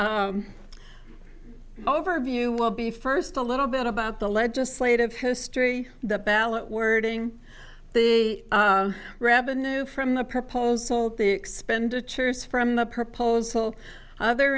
the overview will be first a little bit about the legislative history the ballot wording the revenue from the proposal the expenditures from the proposal other